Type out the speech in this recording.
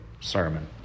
sermon